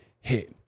Hit